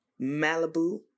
Malibu